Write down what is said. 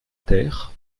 terre